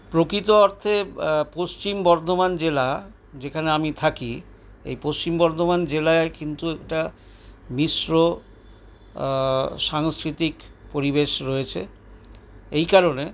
প্রকৃত অর্থে পশ্চিম বর্ধমান জেলা যেখানে আমি থাকি এই পশ্চিম বর্ধমান জেলায় কিন্তু একটা মিশ্র সাংস্কৃতিক পরিবেশ রয়েছে এই কারণে